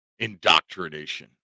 indoctrination